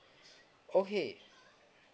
okay